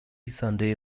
sunday